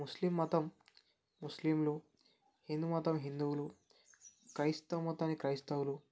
ముస్లిం మతం ముస్లింలు హిందూ మతం హిందువులు క్రైస్తవ మతాన్ని క్రైస్తవులు